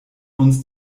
uns